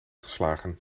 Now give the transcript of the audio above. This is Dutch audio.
geslagen